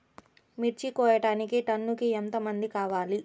మిర్చి కోయడానికి టన్నుకి ఎంత మంది కావాలి?